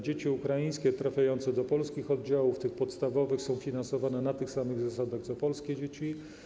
Dzieci ukraińskie trafiające do polskich oddziałów, tych podstawowych, są finansowane na tych samych zasadach co polskie dzieci.